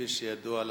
כפי שידוע לך,